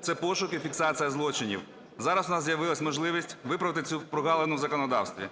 Це пошук і фіксація злочинів. Зараз у нас з'явилась можливість виправити цю прогалину у законодавстві.